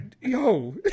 yo